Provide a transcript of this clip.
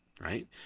right